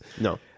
No